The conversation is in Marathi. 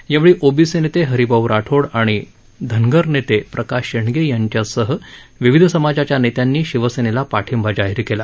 यावेळी ओबीसी नेते हरीभाऊ राठोड आणि धनगर नेते प्रकाश शेंडगे यांच्यासह विविध समाजाच्या नेत्यांनी शिवसेनेला पाठींबा जाहीर केला